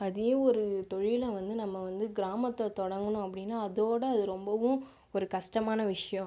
அதுவே ஒரு தொழிலை வந்து நம்ம வந்து கிராமத்தில் தொடங்கணும் அப்படின்னா அதோடு அது ரொம்பவும் ஒரு கஷ்டமான விஷயம்